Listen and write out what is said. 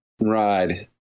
ride